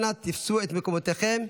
אנא תפסו את מקומותיכם.